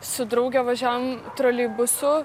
su drauge važiavom troleibusu